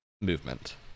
movement